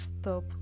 stop